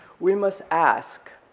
we must ask,